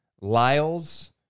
Lyles